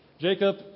Jacob